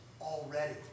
already